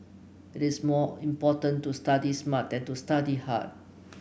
it is more important to study smart than to study hard